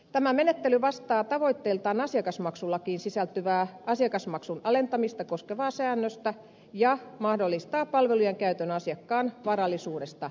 tämä menettely vastaa tavoitteiltaan asiakasmaksulakiin sisältyvää asiakasmaksun alentamista koskevaa säännöstä ja mahdollistaa palvelujen käytön asiakkaan varallisuudesta riippumatta